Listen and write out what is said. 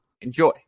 Enjoy